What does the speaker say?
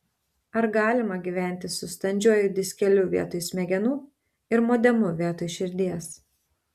ar galima gyventi su standžiuoju diskeliu vietoj smegenų ir modemu vietoj širdies